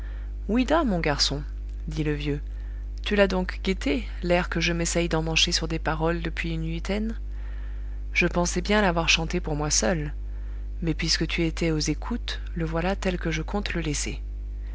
oui dà mon garçon dit le vieux tu l'as donc guetté l'air que je m'essaye d'emmancher sur des paroles depuis une huitaine je pensais bien l'avoir chanté pour moi seul mais puisque tu étais aux écoutes le voilà tel que je compte le laisser